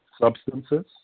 substances